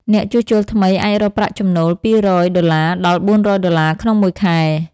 អ្នកជួសជុលថ្មីអាចរកប្រាក់ចំណូល២០០ ដុល្លារដល់ ៤០០ ដុល្លារ ក្នុងមួយខែ។